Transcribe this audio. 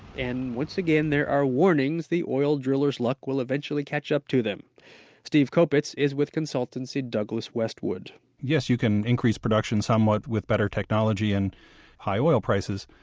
and, once again, there are warnings the oil drillers' luck will eventually catch up to them steve kopits is with consultancy douglas westwood yes, you can increase production somewhat with better technology and high oil prices.